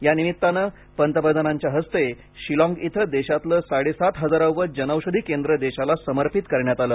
या निमित्ताने पंतप्रधानांच्या हस्ते शिलाँग इथं देशातलं साडेसात हजारावं जनौषधी केंद्र देशाला समर्पित करण्यात आलं